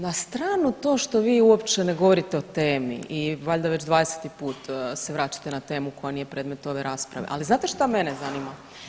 Na stranu to što vi uopće ne govorite o temi i valjda već 20. put se vraćate na temu koja nije predmet ove rasprave, ali znate šta mene zanima?